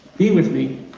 being with me,